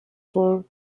for